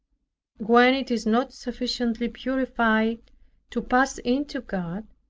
when it is not sufficiently purified to pass into god,